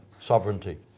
Sovereignty